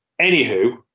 Anywho